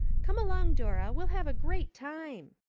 come along, dora, we'll have a great time.